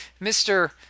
Mr